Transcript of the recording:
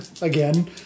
again